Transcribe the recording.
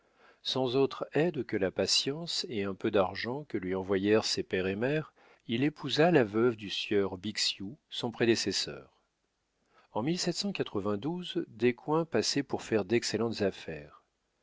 sans autre aide que la patience et un peu d'argent que lui envoyèrent ses père et mère il épousa la veuve du sieur bixiou son prédécesseur en des coins passaient pour faire d'excellentes affaires